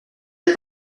les